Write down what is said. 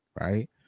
right